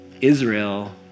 Israel